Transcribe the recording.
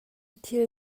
thil